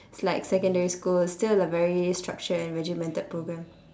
it's like secondary school still a very structured and regimented program